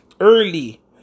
early